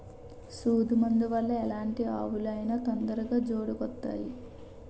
సూదు మందు వల్ల ఎలాంటి ఆవులు అయినా తొందరగా జోడుకొత్తాయి